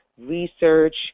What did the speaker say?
research